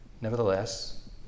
Nevertheless